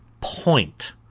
point